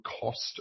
cost